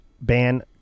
ban